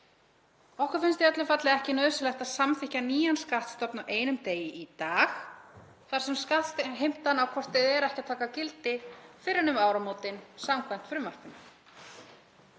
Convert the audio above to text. Okkur finnst í öllu falli ekki nauðsynlegt að samþykkja nýjan skattstofn á einum degi í dag þar sem skattheimtan á hvort eð er ekki að taka gildi fyrr en um áramótin samkvæmt frumvarpinu.